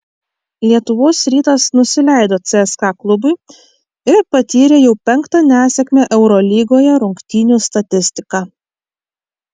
lietuvos rytas nusileido cska klubui ir patyrė jau penktą nesėkmę eurolygoje rungtynių statistika